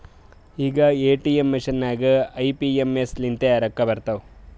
ಈಗ ATM machine ನಾಗೂ I M P S ಲಿಂತೆ ರೊಕ್ಕಾ ಬರ್ತಾವ್